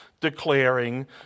declaring